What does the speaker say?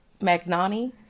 Magnani